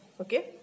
Okay